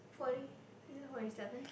forty is it forty seven